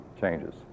changes